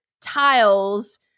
tiles